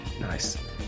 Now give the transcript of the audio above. Nice